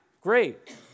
Great